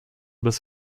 bis